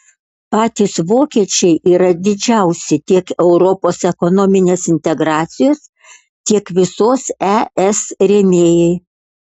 patys vokiečiai yra didžiausi tiek europos ekonominės integracijos tiek visos es rėmėjai